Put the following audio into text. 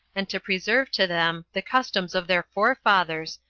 and to preserve to them the customs of their forefathers,